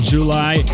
July